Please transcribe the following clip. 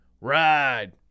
ride